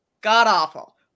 god-awful